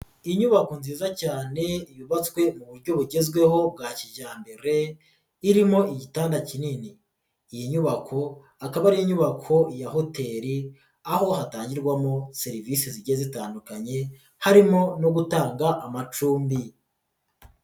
Inyubako nziza cyane yubatswe mu buryo bugezweho bwa kijyambere irimo igitanda kinini, iyi nyubako akaba ari inyubako ya hoteli aho hatangirwamo serivisi zigiye zitandukanye harimo no gutanga amacumbi.